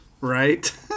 Right